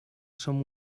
som